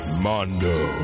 Mondo